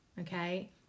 okay